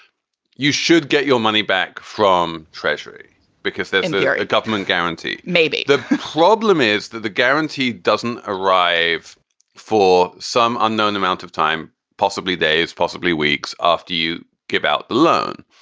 you should get your money back from treasury because that's and yeah a government guarantee. maybe the problem is that the guarantee doesn't arrive for some unknown amount of time, possibly days, possibly weeks after you give out the loan.